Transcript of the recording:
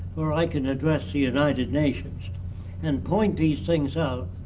or i can address the united nations and point these things out.